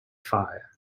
fire